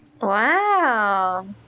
Wow